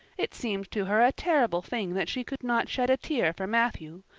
it seemed to her a terrible thing that she could not shed a tear for matthew,